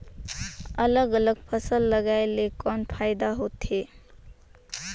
अलग अलग फसल लगाय ले कौन फायदा होथे?